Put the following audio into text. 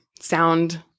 sound